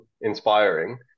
inspiring